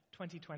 2020